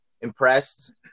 impressed